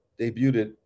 debuted